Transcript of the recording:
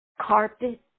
carpet